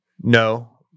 No